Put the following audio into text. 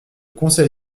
conseil